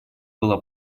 была